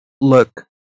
Look